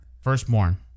Firstborn